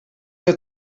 que